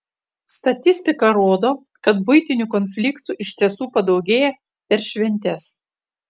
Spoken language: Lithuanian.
statistika rodo kad buitinių konfliktų iš tiesų padaugėja per šventes